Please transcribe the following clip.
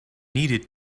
needed